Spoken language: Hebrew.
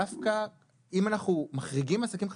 אם אנחנו מחריגים עסקים חדשים,